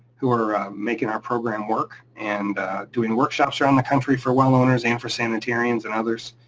who are making our program work and doing workshops around the country for well owners and for sanitarians and others.